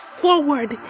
forward